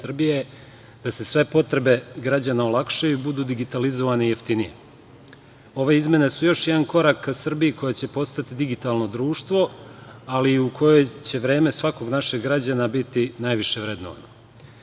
da se sve potrebe građana olakšaju i budu digitalizovane i jeftinije. Ove izmene su još jedan korak ka Srbiji koja će postati digitalno društvo i u kojoj će vreme svakog našeg građana biti najviše vrednovano.